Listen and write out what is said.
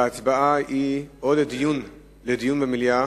ההצבעה היא על דיון במליאה.